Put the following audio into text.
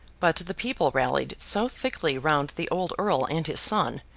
but the people rallied so thickly round the old earl and his son,